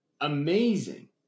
amazing